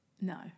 No